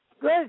Good